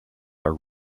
are